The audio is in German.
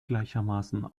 gleichermaßen